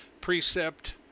Precept